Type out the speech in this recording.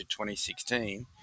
2016